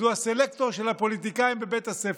אז הוא הסלקטור של הפוליטיקאים בבית הספר.